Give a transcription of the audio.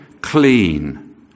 clean